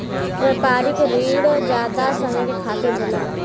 व्यापारिक रिण जादा समय के खातिर होला